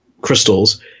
crystals